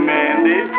Mandy